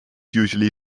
usually